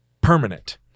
permanent